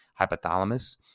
hypothalamus